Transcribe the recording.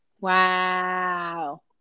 Wow